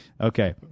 Okay